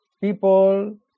people